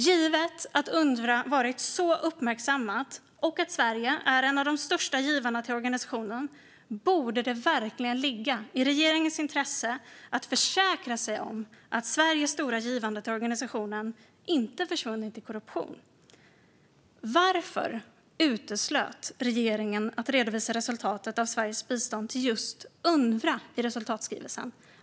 Givet att Unrwa varit så uppmärksammat och att Sverige är en av de största givarna till organisationen borde det verkligen ligga i regeringens intresse att försäkra sig om att Sveriges stora givande till den inte försvunnit i korruption. Varför uteslöt regeringen att redovisa resultatet av Sveriges bistånd till just Unrwa i resultatskrivelsen?